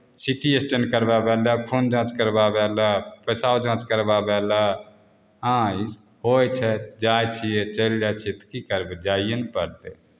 C T scan करवाबय लए खून जाँच करवाबय लए पेशाब जाँच करवाबय लए हँ इसभ होइ छै जाइ छियै चलि जाइ छियै तऽ की करबै जाइए ने पड़तै